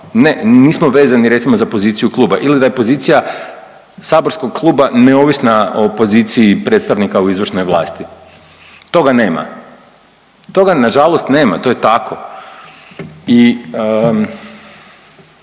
nismo vezani recimo za poziciju kluba ili da je pozicija saborskog kluba neovisna o poziciji predstavnika u izvršnoj vlasti. Toga nema, toga nažalost nema to je tako.